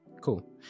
Cool